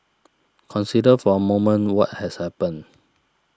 consider for a moment what has happened